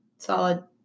Solid